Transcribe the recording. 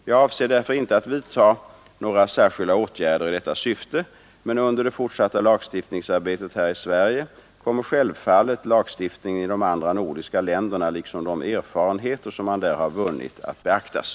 Jag avser därför inte att vidta några särskilda åtgärder i detta syfte. Men under det fortsatta lagstiftningsarbetet här i Sverige kommer självfallet lagstiftningen i de andra nordiska länderna liksom de erfarenheter som man där har vunnit att beaktas.